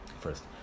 first